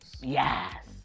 Yes